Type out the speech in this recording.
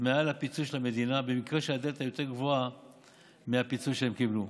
מעל הפיצוי של המדינה במקרה שהדלתא הייתה יותר גבוהה מהפיצוי שהם קיבלו.